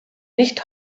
nicht